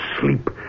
sleep